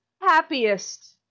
happiest